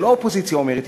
לא האופוזיציה אומרת,